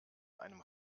einem